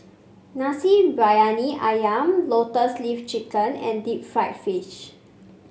Nasi Briyani ayam Lotus Leaf Chicken and Deep Fried Fish